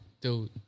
Dude